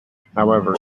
however